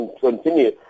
continue